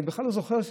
אני בכלל לא זוכר.